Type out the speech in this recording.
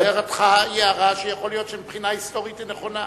הערתך היא הערה שיכול להיות שמבחינה היסטורית היא נכונה,